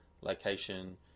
location